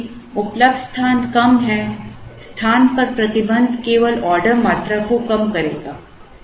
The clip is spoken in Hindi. चूंकि उपलब्ध स्थान कम है स्थान पर प्रतिबंध केवल ऑर्डर मात्रा को कम करेगा